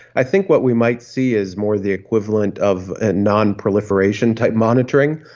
i think what we might see is more the equivalent of ah non-proliferation type monitoring,